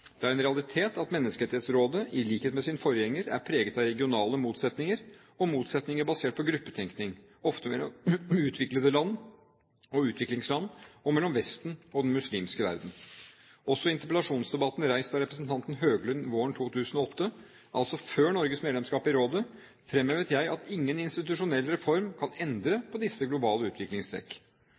Det er en realitet at Menneskerettighetsrådet, i likhet med sin forgjenger, er preget av regionale motsetninger og motsetninger basert på gruppetenkning, ofte mellom utviklede land og utviklingsland, og mellom Vesten og den muslimske verden. Også i interpellasjonsdebatten reist av representanten Høglund våren 2008, altså før Norges medlemskap i rådet, fremhevet jeg at ingen institusjonell reform kan endre på disse globale utviklingstrekk.